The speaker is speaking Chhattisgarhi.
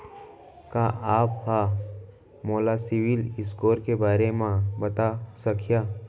का आप हा मोला सिविल स्कोर के बारे मा बता सकिहा?